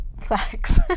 sex